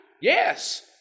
Yes